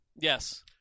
Yes